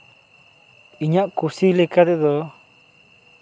ᱤᱧᱟᱹᱜ ᱠᱩᱥᱤ ᱞᱮᱠᱟ ᱛᱮᱫᱚ